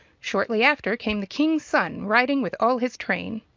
shortly after came the king's son riding with all his train.